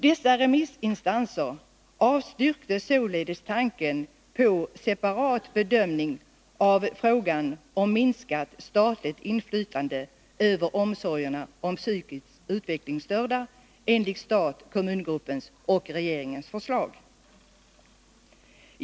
Dessa remissinstanser avstyrkte således tanken på separat bedömning av frågan om minskat statligt inflytande över omsorgerna om psykiskt utvecklingsstörda enligt stat-kommun-gruppens och regeringens förslag.